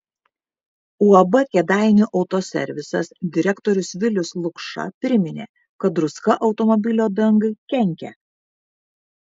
uab kėdainių autoservisas direktorius vilius lukša priminė kad druska automobilio dangai kenkia